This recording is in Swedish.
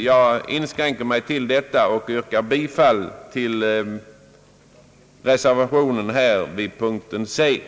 Jag inskränker mig till detta och yrkar bifall till reservationerna 1 och 3 a vid punkten 13.